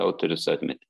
autorius atmetė